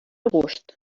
gust